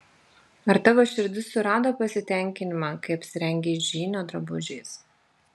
ar tavo širdis surado pasitenkinimą kai apsirengei žynio drabužiais